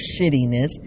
shittiness